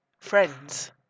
Friends